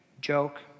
joke